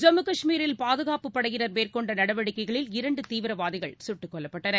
ஜம்மு காஷ்மீரில் பாதுகாப்புப் படையினர் மேற்கொண்ட நடவடிக்கைகளில் இரண்டு தீவிரவாதிகள் சுட்டுக் கொல்லப்பட்டனர்